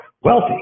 wealthy